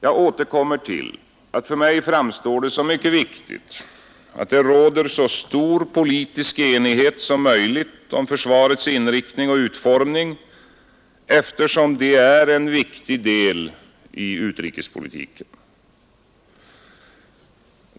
Jag återkommer till att för mig framstår det som mycket viktigt att det råder så stor politisk enighet som möjligt om försvarets inriktning och utformning, eftersom det är en viktig del av utrikespolitiken.